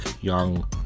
young